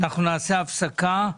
אנחנו נעשה הפסקה.